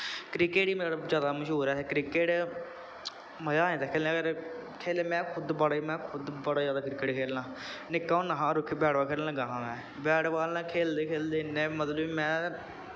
cricket ई मतलब ज्यादा मश्हूर ऐ इत्थें क्रिकेट मज़ा आ जंदा खेलने अगर खेल मैं खुद्ध बड़ा मैं खुद बड़ा ज्यादा क्रिकेट खेलना निक्का होंदा हा होर बाल खेलन लगा हा में बाल ना खेलदे खेलदे इ'न्ने मतलब मैं